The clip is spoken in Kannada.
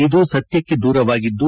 ಇದು ಸತ್ಯಕ್ಷೆ ದೂರವಾಗಿದ್ದು